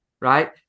right